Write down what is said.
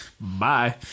bye